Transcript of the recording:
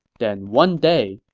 then one day,